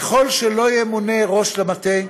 כל זמן שלא ימונה ראש למטה,